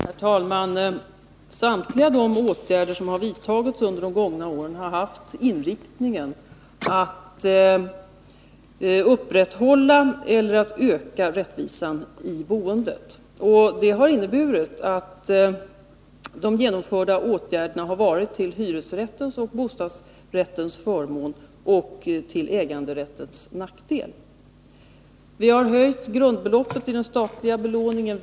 Herr talman! Samtliga de åtgärder som har vidtagits under de gångna åren har haft inriktningen att upprätthålla eller att öka rättvisan i boendet. Det har inneburit att de genomförda åtgärderna har varit till hyresrättens och bostadsrättens förmån och till äganderättens nackdel. Vi har höjt grundbeloppet i den statliga belåningen.